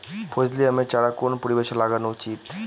ফজলি আমের চারা কোন পরিবেশে লাগানো উচিৎ?